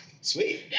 Sweet